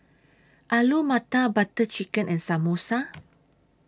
Alu Matar Butter Chicken and Samosa